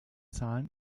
zahlen